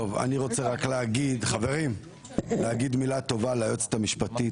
אני רק רוצה להגיד מילה טובה על היועצת המשפטית,